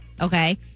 Okay